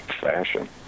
fashion